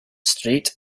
street